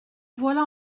voilà